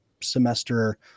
semester